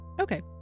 Okay